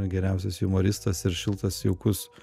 geriausias jumoristas ir šiltas jaukus